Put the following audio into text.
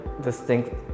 distinct